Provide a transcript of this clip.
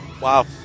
Wow